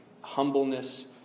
humbleness